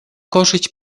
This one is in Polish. korzyść